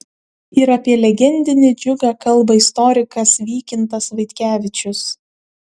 ir apie legendinį džiugą kalba istorikas vykintas vaitkevičius